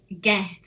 get